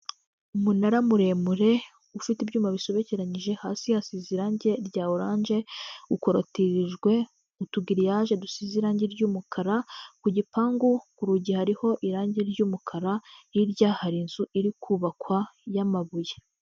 Umunara muremure, ufite ibyuma bisobekeranyije, hasi hasize irangi rya oranje, ukorotirijwe utugiriyaje dusize irangi ry'umukara, ku gipangu ku rugi hariho irange ry'umukara, hirya hari inzu iri kubakwa y'amabuye.